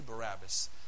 Barabbas